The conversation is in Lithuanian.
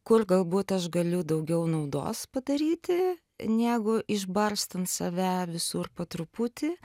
kur galbūt aš galiu daugiau naudos padaryti negu išbarstant save visur po truputį